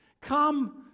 Come